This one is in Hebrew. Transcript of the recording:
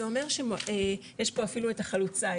זה אומר ש- יש פה אפילו את החלוקה,